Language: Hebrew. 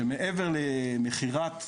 שמעבר למכירת,